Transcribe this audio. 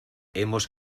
hemos